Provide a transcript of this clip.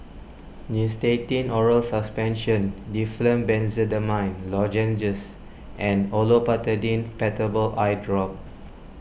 Nystatin Oral Suspension Difflam Benzydamine Lozenges and Olopatadine Patanol Eyedrop